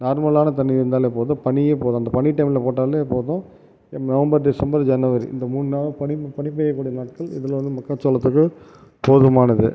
நார்மலான தண்ணி இருந்தாலே போதும் பனியே போதும் அந்த பனி டைமில் போட்டாலே போதும் நவம்பர் டிசம்பர் ஜனவரி இந்த மூணு நாள் பனி பனி பெய்ய கூடிய நாட்கள் இதில் வந்து மக்காச்சோளத்துக்கு போதுமானது